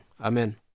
amen